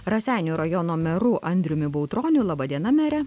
raseinių rajono meru andriumi bautroniu laba diena mere